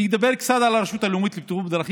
אני אדבר קצת על הרשות הלאומית לבטיחות בדרכים.